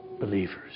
Believers